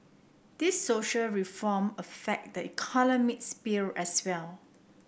these social reform affect the economic sphere as well